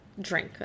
drink